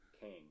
King